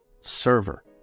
server